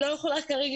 היא לא יכולה כרגע,